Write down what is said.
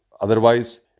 Otherwise